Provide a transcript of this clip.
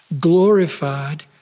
glorified